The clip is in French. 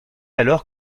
alors